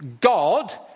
God